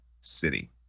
city